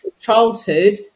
childhood